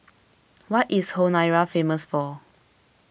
what is Honiara famous for